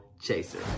chaser